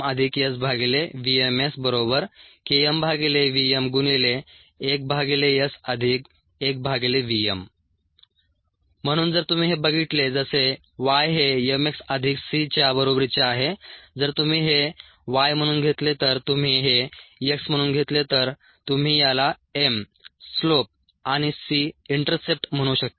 1vKmSvmSKmvm1S1vm म्हणून जर तुम्ही हे बघितले जसे y हे m x अधिक c च्या बरोबरीचे आहे जर तुम्ही हे y म्हणून घेतले तर तुम्ही हे x म्हणून घेतले तर तुम्ही याला m स्लोप आणि c इंटरसेप्ट म्हणू शकता